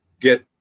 get